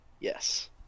Yes